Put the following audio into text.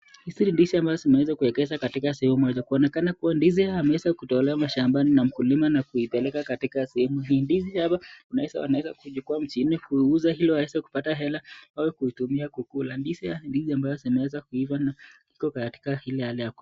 Hizi ni ndizi ambazo zimeweza kuwekezwa katika sehemu moja. Zinaonekana kuwa ndizi hizi yameweza kutolewa ma mkulima mashambani na kupeleka katika sehemu hii. Ndizi hapa wanaweza kuchukua siku nne ili kuziuza ili waweze kupata hela au kutumia kula. Ndizi ambazo zimeweza kuiva na iko katika ile hali ya ku.